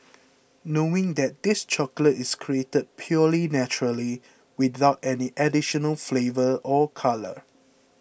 knowing that this chocolate is created purely naturally without any additional flavour or colour